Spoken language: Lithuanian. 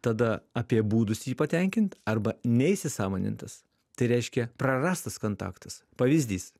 tada apie būdus jį patenkint arba neįsisąmonintas tai reiškia prarastas kontaktas pavyzdys